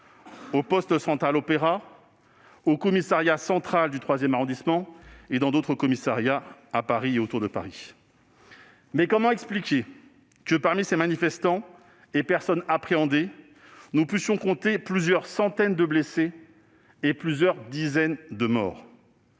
le poste central Opéra, le commissariat central du troisième arrondissement et d'autres commissariats à Paris et autour de Paris. Comment expliquer que, parmi ces manifestants et personnes appréhendés, nous puissions compter plusieurs centaines de blessés et plusieurs dizaines de morts ?